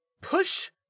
push